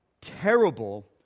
terrible